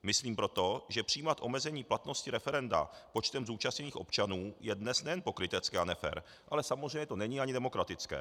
Myslím proto, že přijímat omezení platnosti referenda počtem zúčastněných občanů je dnes nejen pokrytecké a nefér, ale samozřejmě to není ani demokratické.